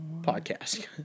Podcast